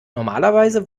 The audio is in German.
normalerweise